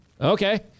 Okay